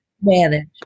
manage